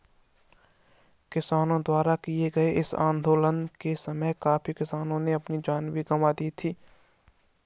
किसानों द्वारा किए गए इस आंदोलन के समय काफी किसानों ने अपनी जान भी गंवा दी थी